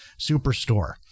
Superstore